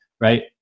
right